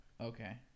Okay